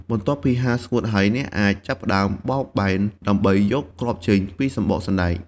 បន្ទាប់ពីហាលស្ងួតហើយ អ្នកអាចចាប់ផ្តើមបោកបែនដើម្បីយកគ្រាប់ចេញពីសំបកសណ្ដែក។